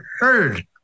heard